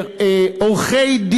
אורבך,